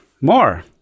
more